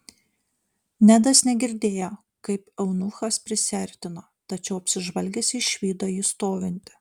nedas negirdėjo kaip eunuchas prisiartino tačiau apsižvalgęs išvydo jį stovintį